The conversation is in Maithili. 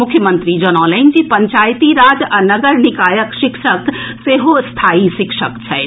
मुख्यमंत्री जनौलनि जे पंचायती राज आ नगर निकायक शिक्षक सेहो स्थायी शिक्षक छथि